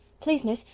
please, miss,